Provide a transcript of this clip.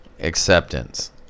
acceptance